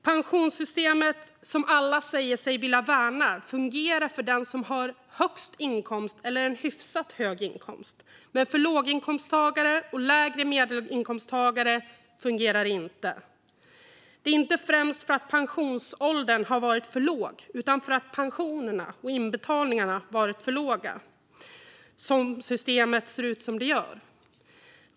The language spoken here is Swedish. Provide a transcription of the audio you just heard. Pensionssystemet, som alla säger sig vilja värna, fungerar för den som har högst inkomst eller en hyfsat hög inkomst, men för låginkomsttagare och lägre medelinkomsttagare fungerar det inte. Det är inte främst för att pensionsåldern har varit för låg utan för att pensionerna och inbetalningarna har varit för låga som systemet ser ut som det gör.